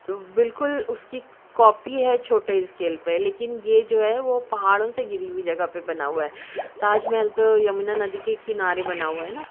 بالکل اس کی کاپی ہے چھوٹے اسکیل پہ لیکن یہ جو ہے پہاڑوں سے گھری ہوئی جگہ پہ بنا ہوا ہے تاج محل تو یمنا ندی کے کنارے بنا ہوا ہے نا